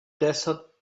desert